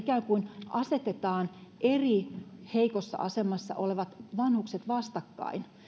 ikään kuin asetetaan eri heikossa asemassa olevat vanhukset vastakkain